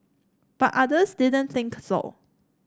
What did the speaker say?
but others didn't think so